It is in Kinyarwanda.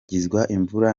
imvura